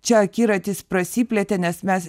čia akiratis prasiplėtė nes mes